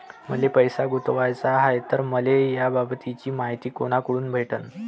मले पैसा गुंतवाचा हाय तर मले याबाबतीची मायती कुनाकडून भेटन?